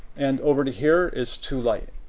and over to here is too light.